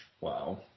Wow